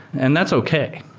and that's okay.